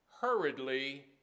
hurriedly